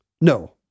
No